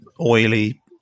oily